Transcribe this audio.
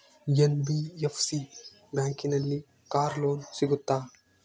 NBFC ಬ್ಯಾಂಕಿನಲ್ಲಿ car loan ಸಿಗುತ್ತಾ?